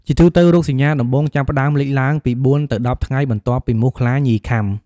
ជាទូទៅ រោគសញ្ញាដំបូងចាប់ផ្តើមលេចឡើងពី ៤ ទៅ ១០ ថ្ងៃ បន្ទាប់ពីមូសខ្លាញីខាំ។